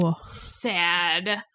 Sad